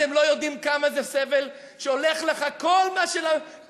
אתם לא יודעים כמה סבל זה כשהולך לך כל הבית,